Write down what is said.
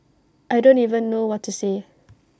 I don't even know what to say